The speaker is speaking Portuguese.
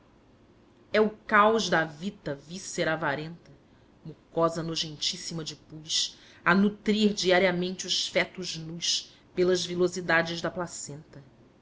é o caos da avita víscera avarenta mucosa nojentíssima de pus a nutrir diariamente os fetos nus pelas vilosidades da placenta